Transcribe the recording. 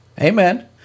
Amen